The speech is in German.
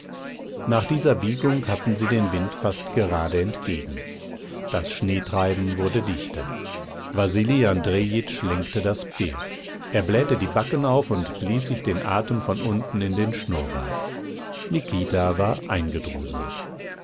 nach dieser biegung hatten sie den wind fast gerade entgegen das schneetreiben wurde dichter wasili andrejitsch lenkte das pferd er blähte die backen auf und blies sich den atem von unten in den schnurrbart nikita war